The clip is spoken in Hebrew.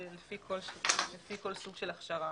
לפי כל סוג הכשרה.